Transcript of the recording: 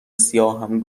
سیاهم